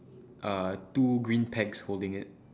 uh two green pegs holding it